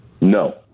No